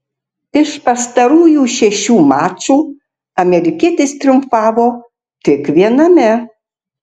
iš pastarųjų šešių mačų amerikietis triumfavo tik viename